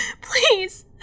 Please